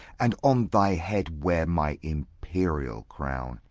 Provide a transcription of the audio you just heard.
and on thy head wear my imperial crown,